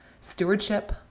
stewardship